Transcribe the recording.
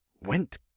went